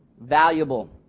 valuable